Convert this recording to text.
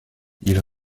ils